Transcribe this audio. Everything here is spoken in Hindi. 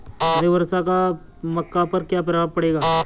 अधिक वर्षा का मक्का पर क्या प्रभाव पड़ेगा?